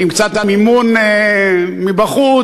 עם קצת מימון מבחוץ,